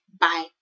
bye